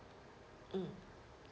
mm